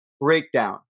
breakdown